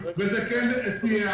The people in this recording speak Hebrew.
וזה כן סייע,